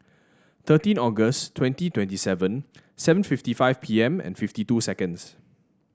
thirteen August twenty twenty seven seven fifty five P M and fifty two seconds